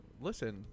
Listen